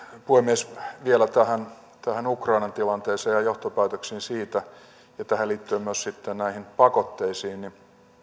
puhemies vielä tähän ukrainan tilanteeseen ja johtopäätöksiin siitä ja tähän liittyen myös sitten näihin pakotteisiin